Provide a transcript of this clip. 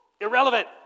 irrelevant